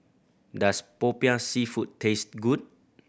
does Popiah Seafood taste good